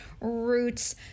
roots